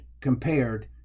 compared